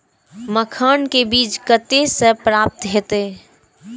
मखान के बीज कते से प्राप्त हैते?